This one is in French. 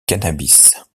cannabis